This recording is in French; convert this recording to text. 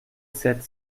sept